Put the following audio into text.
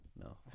No